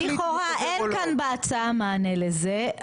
לכאורה אין כאן בהצעה מענה לזה,